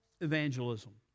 evangelism